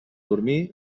dormir